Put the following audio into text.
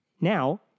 now